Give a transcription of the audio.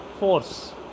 force